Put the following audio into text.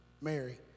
Mary